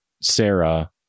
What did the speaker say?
Sarah